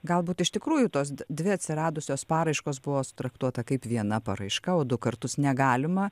galbūt iš tikrųjų tos dvi atsiradusios paraiškos buvo sutraktuota kaip viena paraiška o du kartus negalima